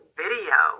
video